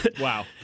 Wow